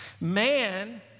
Man